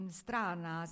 strana